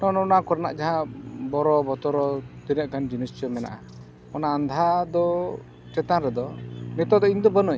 ᱚᱱᱮ ᱚᱱᱟ ᱠᱚᱨᱮᱱᱟᱜ ᱡᱟᱦᱟᱸ ᱵᱚᱨᱚ ᱵᱚᱛᱚᱨᱚ ᱛᱤᱱᱟᱹᱜ ᱜᱟᱱ ᱡᱤᱱᱤᱥ ᱪᱚᱝ ᱢᱮᱱᱟᱜᱼᱟ ᱚᱱᱟ ᱟᱸᱫᱷᱟ ᱫᱚ ᱪᱮᱛᱟᱱ ᱨᱮᱫᱚ ᱱᱤᱛᱳᱜ ᱫᱚ ᱤᱧᱫᱚ ᱵᱟᱹᱱᱩᱧᱟ